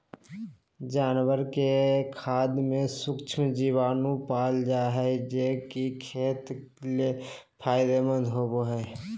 जानवर के खाद में सूक्ष्म जीवाणु पाल जा हइ, जे कि खेत ले फायदेमंद होबो हइ